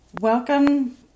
Welcome